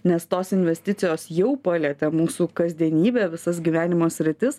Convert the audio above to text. nes tos investicijos jau palietė mūsų kasdienybę visas gyvenimo sritis